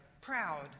proud